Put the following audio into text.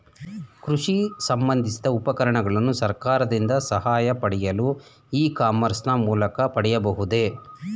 ಕೃಷಿ ಸಂಬಂದಿಸಿದ ಉಪಕರಣಗಳನ್ನು ಸರ್ಕಾರದಿಂದ ಸಹಾಯ ಪಡೆಯಲು ಇ ಕಾಮರ್ಸ್ ನ ಮೂಲಕ ಪಡೆಯಬಹುದೇ?